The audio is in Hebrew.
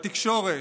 בתקשורת.